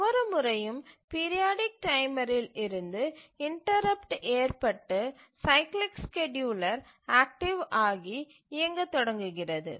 ஒவ்வொரு முறையும் பீரியாடிக் டைமரில் இருந்து இன்டரப்ட்டு ஏற்பட்டு சைக்கிளிக் ஸ்கேட்யூலர் ஆக்டிவ் ஆகி இயங்கத் தொடங்குகிறது